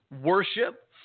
worship